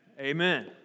Amen